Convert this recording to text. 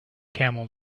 camel